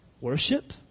Worship